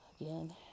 Again